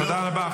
תודה רבה.